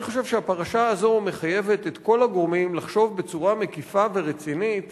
אני חושב שהפרשה הזאת מחייבת את כל הגורמים לחשוב בצורה מקיפה ורצינית